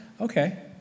okay